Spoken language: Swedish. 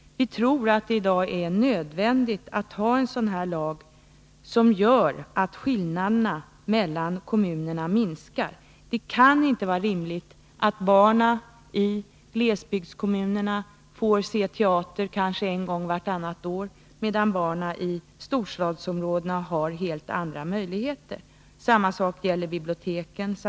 Vi tror att det i dag är nödvändigt att ha en sådan lag som gör att skillnaderna mellan kommunerna minskar. Det kan inte vara rimligt att barnen i glesbygdskommunerna får se teater kanske en gång vartannat år medan barnen i storstadsområdena har helt andra möjligheter. Samma sak gäller biblioteken.